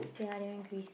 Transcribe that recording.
ya they went Greece